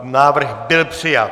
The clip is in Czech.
Návrh byl přijat.